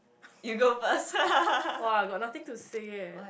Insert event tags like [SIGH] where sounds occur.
[LAUGHS] [wah] got nothing to say eh